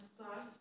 stars